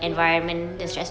ya ya